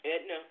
Edna